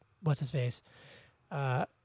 what's-his-face